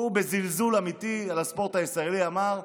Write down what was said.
והוא, בזלזול אמיתי על הספורט הישראלי אמר: